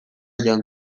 jan